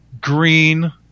green